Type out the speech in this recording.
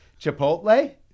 Chipotle